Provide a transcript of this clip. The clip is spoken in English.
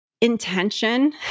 intention